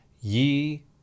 ye